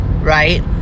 right